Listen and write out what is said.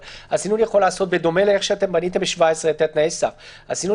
אבל הסינון יכול להיעשות בדומה לאיך שבניתם ב-17 את תנאי הסף; הסינון